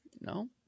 no